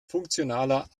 funktionaler